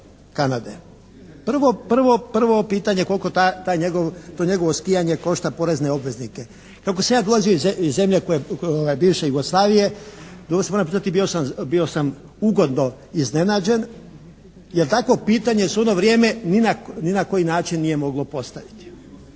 Prvo pitanje koliko to njegovo skijanje košta porezne obveznike? Kako sam ja dolazio iz zemlje bivše Jugoslavije, tu još moram priznati bio sam ugodno iznenađen jer takvo pitanje se u ono vrijeme ni na koji način nije moglo postaviti